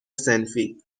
صنفی